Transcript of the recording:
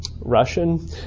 Russian